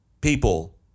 people